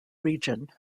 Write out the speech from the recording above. region